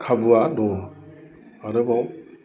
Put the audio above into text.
खाबुआ दङ आरोबाव